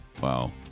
Wow